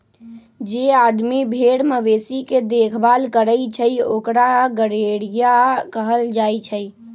जे आदमी भेर मवेशी के देखभाल करई छई ओकरा गरेड़िया कहल जाई छई